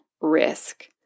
risk